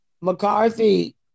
McCarthy